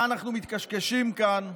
מה אנחנו מתקשקשים כאן,